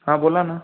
हां बोला ना